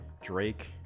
Drake